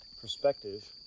perspective